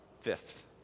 fifth